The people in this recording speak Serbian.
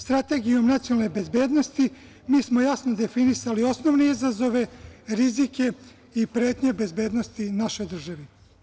Strategijom nacionalne bezbednosti mi smo jasno definisali osnovne izazove, rizike i pretnje bezbednosti našoj državi.